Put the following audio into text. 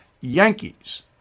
Yankees